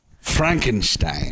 Frankenstein